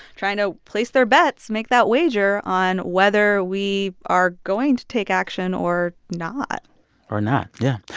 trying to place their bets, make that wager on whether we are going to take action or not or not, yeah.